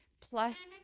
plus